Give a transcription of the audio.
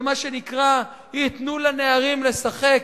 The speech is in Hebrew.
מה שנקרא "ייתנו לנערים לשחק"